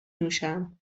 نوشم